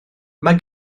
mae